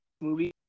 movie